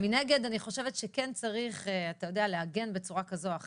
מנגד אני חושבת שכן צריך לעגן בצורה כזו או אחרת,